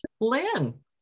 Lynn